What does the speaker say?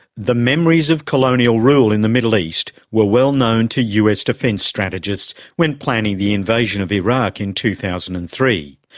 the memories of colonial rule in the middle east were well known to us defense strategists when planning the invasion of iraq in two thousand and three.